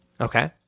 Okay